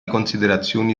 considerazioni